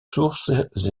sources